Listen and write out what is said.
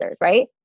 right